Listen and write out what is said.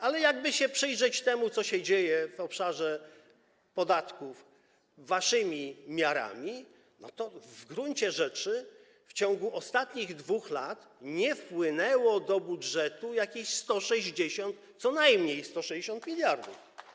Ale jakby się przyjrzeć temu, co się dzieje w obszarze podatków, waszymi miarami, to okazałoby się, że w gruncie rzeczy w ciągu ostatnich 2 lat nie wpłynęło do budżetu jakieś 160 mld, co najmniej 160 mld.